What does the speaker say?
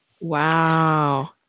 Wow